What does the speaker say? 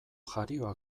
jarioa